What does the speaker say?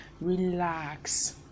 relax